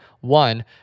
One